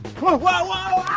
whoa, whoa!